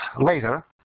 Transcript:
later